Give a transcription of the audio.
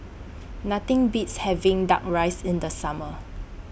Nothing Beats having Duck Rice in The Summer